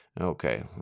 Okay